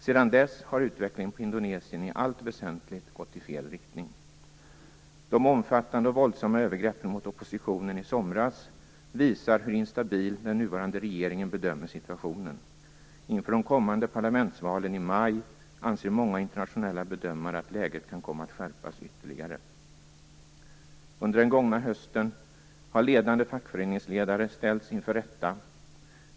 Sedan dess har utvecklingen på Indonesien i allt väsentligt gått i fel riktning. De omfattande och våldsamma övergreppen mot oppositionen i somras visar hur instabil den nuvarande regimen bedömer situationen. Inför de kommande parlamentsvalen i maj anser många internationella bedömare att läget kan komma att skärpas ytterligare. Under den gångna hösten har ledande fackföreningsledare ställts inför rätta.